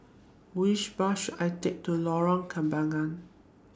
Which Bus should I Take to Lorong Kembagan